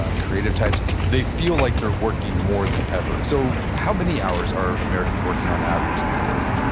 ah creative types, they feel like they're working more than ever. so how many hours are americans working on average these days?